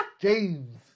James